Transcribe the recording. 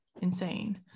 insane